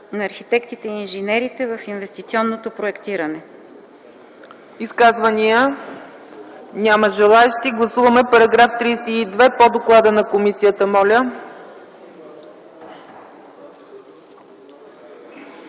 на архитектите и инженерите в инвестиционното проектиране.”